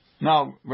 Now